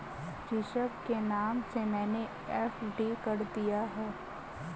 ऋषभ के नाम से मैने एफ.डी कर दिया है